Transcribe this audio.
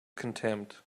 contempt